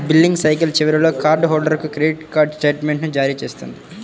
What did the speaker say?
billing cycle చివరిలో card హోల్డర్కు credit card స్టేట్మెంట్ను జారీ చేస్తుంది